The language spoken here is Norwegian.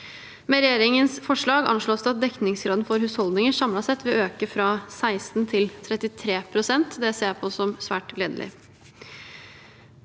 Med regjeringens forslag anslås det at dekningsgraden for husholdninger samlet sett vil øke fra 16 til 33 pst. Det ser jeg på som svært gledelig.